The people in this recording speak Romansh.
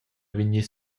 vegnir